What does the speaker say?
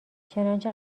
چنانچه